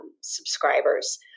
subscribers